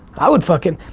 i would fucking,